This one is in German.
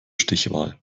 stichwahl